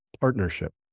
partnership